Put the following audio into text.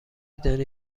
دانی